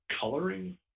coloring